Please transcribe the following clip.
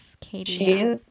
Katie